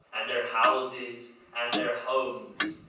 and their houses, and their homes.